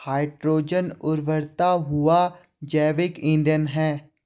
hydrogen उबरता हुआ जैविक ईंधन है